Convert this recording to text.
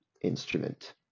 instrument